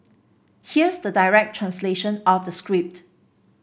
here's the direct translation of the script